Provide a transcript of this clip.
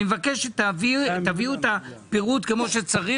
אני מבקש שתביאו את הפירוט כמו שצריך